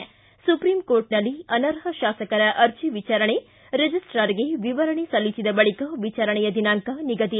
ಿ ಸುಪ್ರೀಂ ಕೋರ್ಟ್ನಲ್ಲಿ ಅನರ್ಹ ಶಾಸಕರ ಅರ್ಜಿ ವಿಚಾರಣೆ ರಿಜಿಸ್ಟಾರ್ಗೆ ವಿವರಣೆ ಸಲ್ಲಿಸಿದ ಬಳಿಕ ವಿಚಾರಣೆಯ ದಿನಾಂಕ ನಿಗದಿ